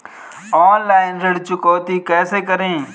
Online ऋण चुकौती कैसे करें?